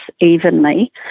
evenly